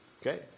Okay